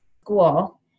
school